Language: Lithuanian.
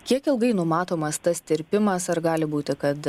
kiek ilgai numatomas tas tirpimas ar gali būti kad